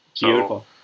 Beautiful